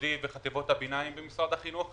היסודי וחטיבות הביניים במשרד החינוך.